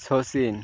Sachin